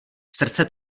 srdce